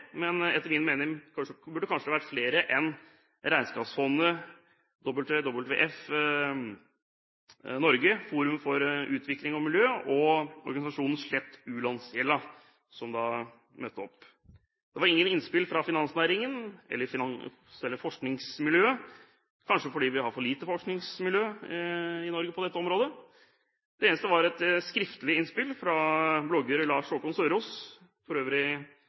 men etter min mening burde det kanskje vært flere enn Regnskogfondet, WWF-Norge, Forum for Utvikling og Miljø og organisasjonen Slett U-landsgjelda som møtte opp. Det var ingen innspill fra finansnæringen eller selve forskningsmiljøet, kanskje fordi vi har et for lite forskningsmiljø i Norge på dette området. Det eneste var et skriftlig innspill fra blogger Lars Haakon Søraas, for øvrig